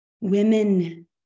women